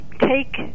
take